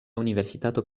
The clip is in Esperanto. universitato